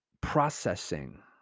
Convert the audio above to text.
processing